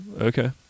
Okay